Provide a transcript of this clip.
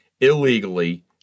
illegally